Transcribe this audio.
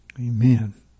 Amen